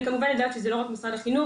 אני כמובן יודעת שזה לא רק משרד החינוך,